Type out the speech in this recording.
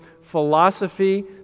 philosophy